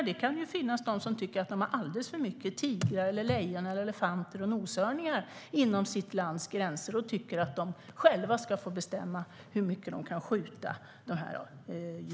Det kan ju finnas de som tycker att de har alldeles för många tigrar, lejon, elefanter eller noshörningar inom sitt lands gränser och tycker att de själva ska få bestämma hur många de kan skjuta.